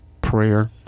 prayer